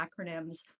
acronyms